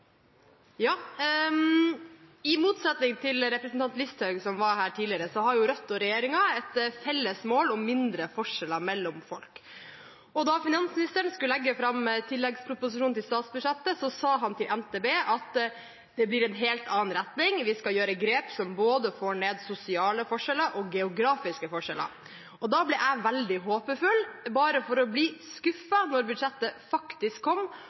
I motsetning til representanten Listhaug, som var her tidligere, har Rødt og regjeringen et felles mål om mindre forskjeller mellom folk. Da finansministeren skulle legge fram tilleggsproposisjonen til statsbudsjettet, sa han til NTB at det blir en helt annen retning, vi skal gjøre grep som får ned både sosiale forskjeller og geografiske forskjeller. Da ble jeg veldig håpefull – bare for å bli skuffet da budsjettet faktisk kom